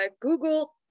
Google